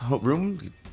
room